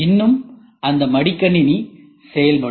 இன்னும் அந்த மடிக்கணினி செயல்படும்